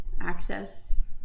access